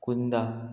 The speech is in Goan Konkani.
कुंदा